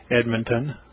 Edmonton